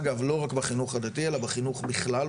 אגב לא רק בחינוך הדתי אלא בחינוך בכלל,